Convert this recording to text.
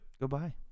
Goodbye